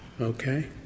Okay